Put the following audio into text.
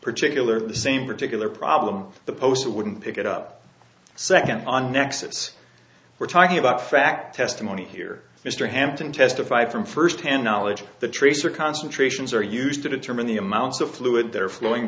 particular of the same particular problem the poster wouldn't pick it up second on nexus we're talking about fact testimony here mr hampton testified from first hand knowledge of the tracer concentrations are used to determine the amounts of fluid there flowing